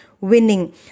Winning